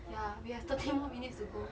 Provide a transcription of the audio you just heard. ya we have thirty more minutes to go